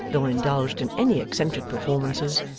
nor indulged in any eccentric performances,